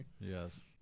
Yes